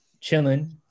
chilling –